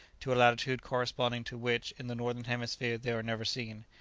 to a latitude corresponding to which in the northern hemisphere they are never seen,